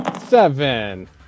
Seven